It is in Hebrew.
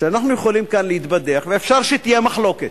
שאנחנו יכולים כאן להתבדח, ואפשר שתהיה מחלוקת,